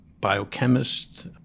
biochemist